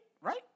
right